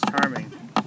Charming